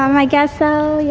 um i guess so,